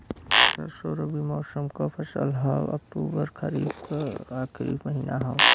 सरसो रबी मौसम क फसल हव अक्टूबर खरीफ क आखिर महीना हव